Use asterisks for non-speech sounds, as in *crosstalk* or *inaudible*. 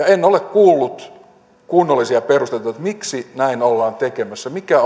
*unintelligible* en ole kuullut kunnollisia perusteita miksi näin ollaan tekemässä mikä *unintelligible*